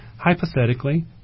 Hypothetically